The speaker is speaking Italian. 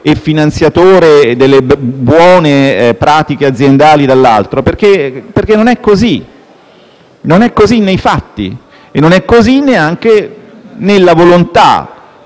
e finanziatore delle buone pratiche aziendali perché non è così nei fatti e non è così neanche nella volontà